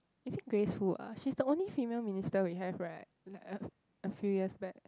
actually Grace-Fu ah she's the only female minister we have right like a a few years back